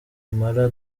impala